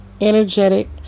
energetic